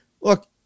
look